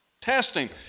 Testing